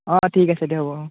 অঁ ঠিক আছে দে হ'ব